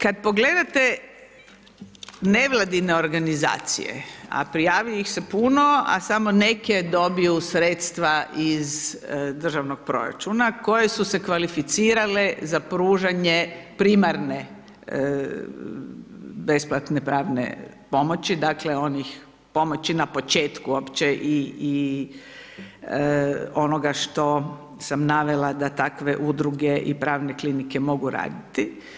Kada pogledate, nevladine organizacije, a prijavljuju ih se puno, a samo neke dobiju sredstva iz državnog proračuna, koje su se kvalificirale za pružanje primarne besplatne pravne pomoći, dakle, onih pomoći na početku i onoga što sam navela da takve udruge i pravne klikne mogu raditi.